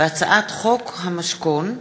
והצעת חוק המשכון,